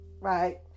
Right